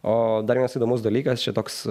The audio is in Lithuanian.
o dar vienas įdomus dalykas čia toks